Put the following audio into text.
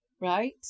right